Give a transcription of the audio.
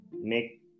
make